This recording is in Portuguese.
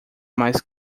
mais